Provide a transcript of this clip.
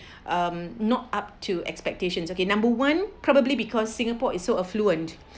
um not up to expectations okay number one probably because singapore is so affluent